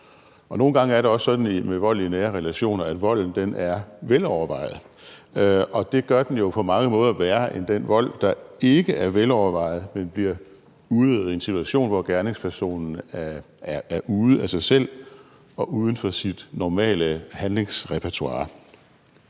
Nogle gange er det også sådan med vold i nære relationer, at volden er velovervejet. Det gør den jo på mange måder værre end den vold, der ikke er velovervejet, men bliver udøvet i en situation, hvor gerningspersonen er ude af sig selv og uden for sit normale handlingsrepertoire.